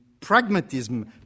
pragmatism